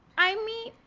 i mean,